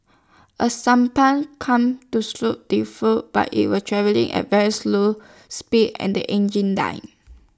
A sampan come to stow the fool but IT was travelling at very slew speed and the engine died